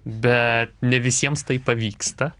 bet ne visiems tai pavyksta